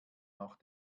noch